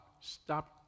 Stop